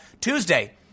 Tuesday